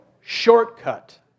shortcut